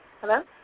Hello